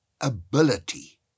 ability